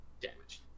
damage